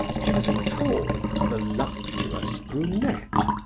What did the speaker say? she was a tall, voluptuous brunette,